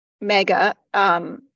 mega